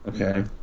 Okay